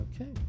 Okay